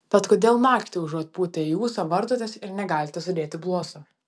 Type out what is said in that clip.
tad kodėl naktį užuot pūtę į ūsą vartotės ir negalite sudėti bluosto